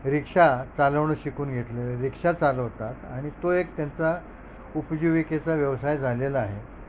रिक्षा चालवणं शिकून घेतले रिक्षा चालवतात आणि तो एक त्यांचा उपजीविकेचा व्यवसाय झालेला आहे